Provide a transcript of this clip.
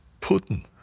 Putin